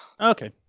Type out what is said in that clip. Okay